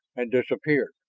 and disappeared.